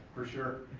for sure.